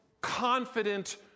confident